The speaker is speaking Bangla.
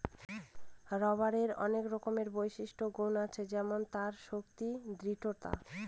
রবারের আনেক রকমের বিশিষ্ট গুন আছে যেমন তার শক্তি, দৃঢ়তা